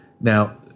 Now